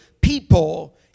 people